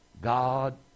God